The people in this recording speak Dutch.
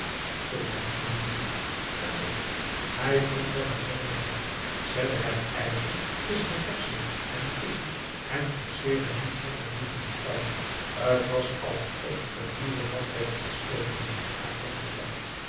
tot lampje moest dienen en zocht hij vond wat hij noodig had zette het ijzer tusschen het deksel en het kistje en forceerde niet zonder moeite de sluiting het was alsof een nieuwe lamp werd ontstoken in dit akelig verblijf